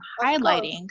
highlighting-